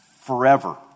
forever